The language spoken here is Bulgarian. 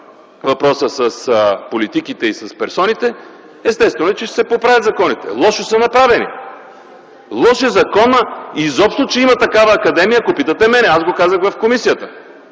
въпроса с политиките и с персоните, естествено е, че ще се поправят законите. Лошо са направени. Лош е законът изобщо, че има такава академия, ако питате мен. Аз го казах в комисията.